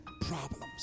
problems